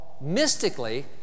mystically